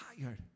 tired